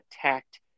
attacked